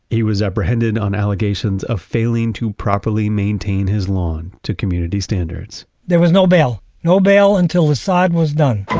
he was apprehended on allegations of failing to properly maintain his lawn to community standards there was no bail, no bail until the sod was done